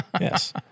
Yes